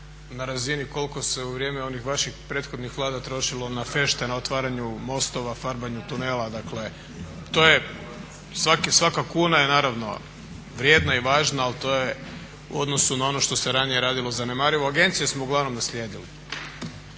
na razini koliko se u vrijeme onih vaših prethodnih Vlada trošilo na fešte na otvaranju mostova, farbanju tunela. Dakle, to je svaka kuna je naravno vrijedna i važna, ali to je u odnosu na ono što se ranije radilo zanemarivo. Agencije smo uglavnom naslijedili,